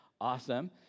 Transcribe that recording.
Awesome